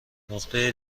نقطه